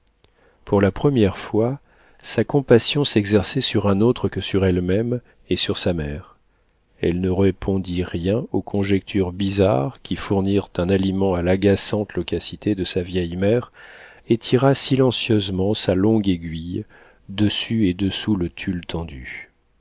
pour la première fois sa compassion s'exerçait sur un autre que sur elle-même et sur sa mère elle ne répondit rien aux conjectures bizarres qui fournirent un aliment à l'agaçante loquacité de sa vieille mère et tira silencieusement sa longue aiguille dessus et dessous le tulle tendu